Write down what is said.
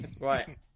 Right